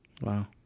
Wow